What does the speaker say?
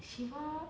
siva